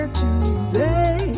today